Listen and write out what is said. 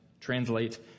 translate